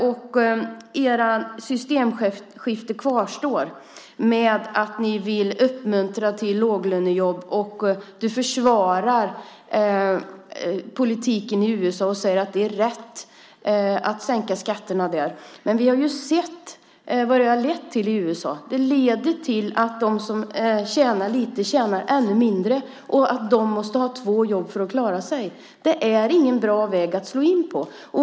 Ert systemskifte kvarstår genom att ni vill uppmuntra till låglönejobb. Du försvarar politiken i USA och säger att det är rätt att sänka skatterna där. Men vi har ju sett vad det har lett till i USA. Det leder till att de som tjänar lite tjänar ännu mindre och att de måste ha två jobb för att klara sig. Det är ingen bra väg att slå in på.